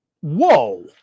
Whoa